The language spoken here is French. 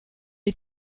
est